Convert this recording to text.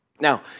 Now